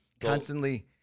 constantly